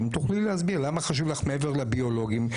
אם תוכלי להסביר למה חשוב לך מעבר לביולוגיים?